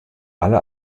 alle